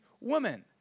women